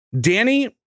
Danny